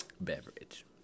beverage